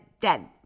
dead